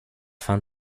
fin